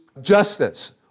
justice